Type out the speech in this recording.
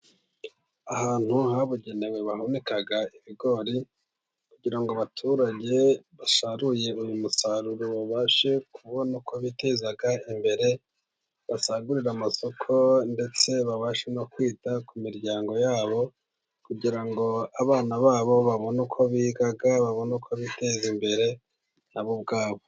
Ahantu habugenewe bahunika ibigori kugira ngo abaturage basaruye uyu musaruro babashe kubona uko biteza imbere, basagurire amasoko, ndetse babashe no kwita ku miryango yab, kugira ngo abana babo babone uko biga, babone uko biteza imbere na bo ubwabo.